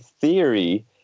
theory